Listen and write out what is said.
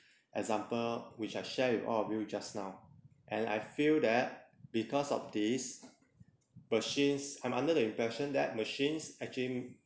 example which I share with all of you just now and I feel that because of this machines I'm under the impression that machines actually